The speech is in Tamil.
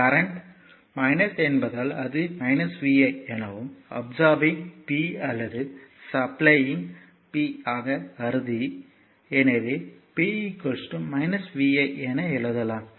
கரண்ட் என்பதால் அது vi எனவும் அப்சார்பிங் P அல்லது சப்ளையிங் P ஆக கருதி எனவே p v i என எழுதலாம்